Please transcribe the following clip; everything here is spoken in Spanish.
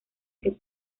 que